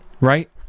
right